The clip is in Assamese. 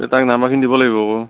এই তাক নম্বৰখিনি দিব লাগিব আকৌ